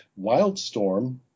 Wildstorm